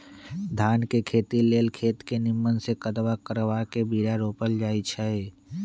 धान के खेती लेल खेत के निम्मन से कदबा करबा के बीरा रोपल जाई छइ